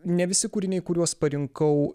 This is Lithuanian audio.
ne visi kūriniai kuriuos parinkau